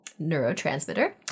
neurotransmitter